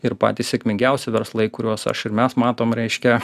ir patys sėkmingiausi verslai kuriuos aš ir mes matom reiškia